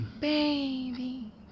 Baby